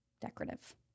Decorative